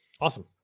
Awesome